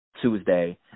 Tuesday